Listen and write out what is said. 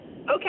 Okay